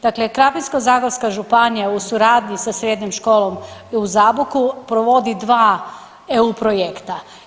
Dakle Krapinsko-zagorska županija u suradnji sa Srednjom školom u Zaboku provodi dva EU projekta.